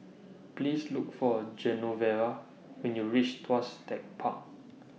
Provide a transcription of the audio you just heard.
Please Look For Genoveva when YOU REACH Tuas Tech Park